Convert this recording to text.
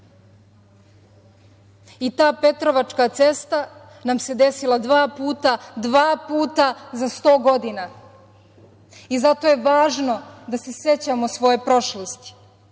ta Petrovačka cesta nam se desila dva puta, dva puta za 100 godina. I zato je važno da se sećamo svoje prošlosti,